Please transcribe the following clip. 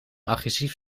agressief